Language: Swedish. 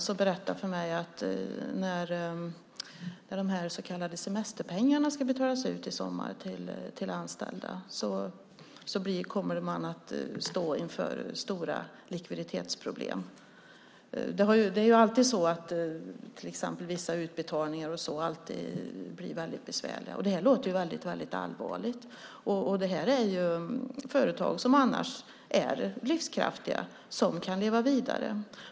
De berättade för mig att när de så kallade semesterpengarna i sommar ska betalas ut till anställda kommer man att stå inför stora likviditetsproblem. Vissa utbetalningar blir alltid besvärliga. Det här låter väldigt allvarligt, och det gäller företag som annars är livskraftiga och kan leva vidare.